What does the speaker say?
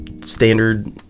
standard